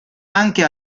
anche